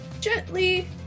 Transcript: gently